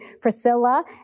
Priscilla